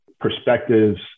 perspectives